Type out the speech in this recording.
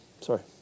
Sorry